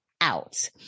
out